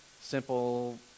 Simple